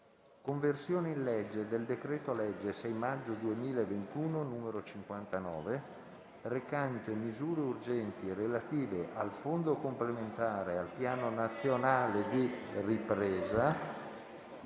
«Conversione in legge del decreto-legge 6 maggio 2021, n. 59, recante misure urgenti relative al Fondo complementare al Piano nazionale di ripresa